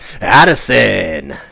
Addison